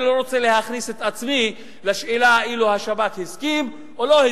אני לא רוצה להכניס את עצמי לשאלה אילו השב"כ הסכים או לא הסכים.